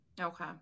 Okay